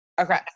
Okay